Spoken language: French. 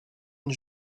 une